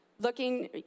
Looking